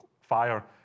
fire